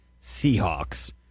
Seahawks